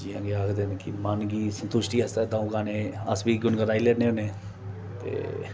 जि'यां केह् आखदे कि मन गी संतुश्टि आस्तै द'ऊं गाने अस बी गुन गुनाई लैन्ने होन्ने ते